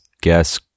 guess